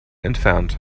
entfernt